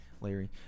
Larry